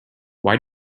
why